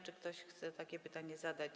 Czy ktoś chce takie pytanie zadać?